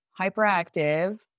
hyperactive